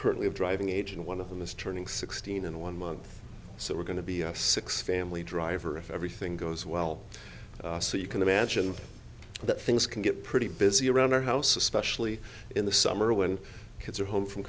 currently of driving age and one of them is turning sixteen in one month so we're going to be a six family driver if everything goes well so you can imagine that things can get pretty busy around our house especially in the summer when kids are home from